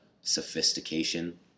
sophistication